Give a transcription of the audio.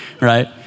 right